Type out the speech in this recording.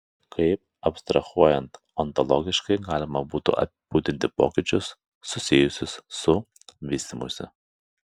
kaip abstrahuojant ontologiškai galima būtų apibūdinti pokyčius susijusius su vystymusi